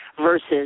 versus